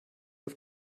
auf